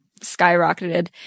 skyrocketed